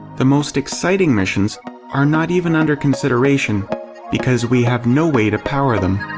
the most exciting missions are not even under consideration because we have no way to power them.